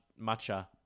matcha